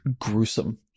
gruesome